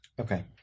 Okay